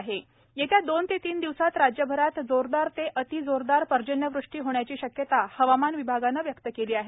हवामान येत्या दोन तीन दिवसांत राज्यभरात जोरदार ते अतिजोरदार पर्जन्यवृष्टी होण्याची शक्यता हवामान विभागानं व्यक्त केली आहे